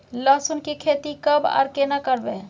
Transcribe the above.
लहसुन की खेती कब आर केना करबै?